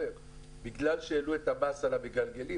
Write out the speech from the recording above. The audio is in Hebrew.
בגלל שהעלו את המס על המגלגלים,